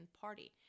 Party